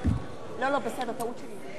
קראו את שמו כאילו בטעות.